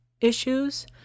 issues